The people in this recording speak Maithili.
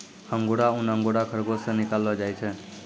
अंगुरा ऊन अंगोरा खरगोस से निकाललो जाय छै